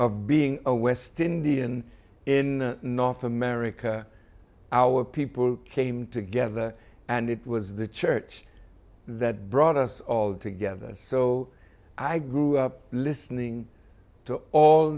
of being a west indian in north america our people came together and it was the church that brought us all together so i grew up listening